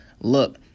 Look